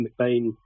McBain